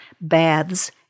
Baths